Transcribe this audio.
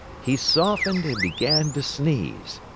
he softened and began to sneeze.